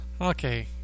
okay